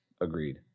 Agreed